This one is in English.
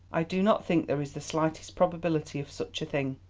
i do not think there is the slightest probability of such a thing.